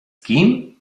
kim